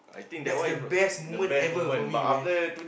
that's the best moment ever for me man